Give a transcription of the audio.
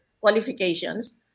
qualifications